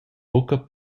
buca